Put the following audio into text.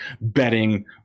betting